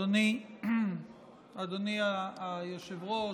אדוני היושב-ראש,